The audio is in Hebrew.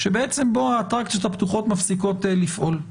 שבעצם בו האטרקציות הפתוחות מפסיקות לפעול.